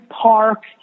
park